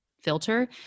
filter